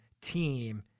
team